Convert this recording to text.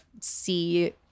see